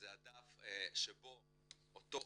זה הדף שבו אותו עובד,